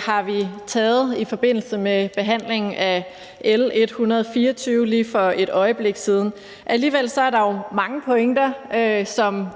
har vi taget i forbindelse med behandlingen af L 124 for et øjeblik siden. Alligevel er der jo mange pointer, der